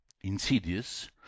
insidious